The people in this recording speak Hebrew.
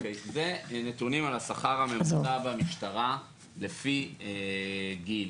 נתונים על השכר הממוצע במשטרה לפי גיל,